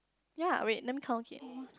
ya wait let me count again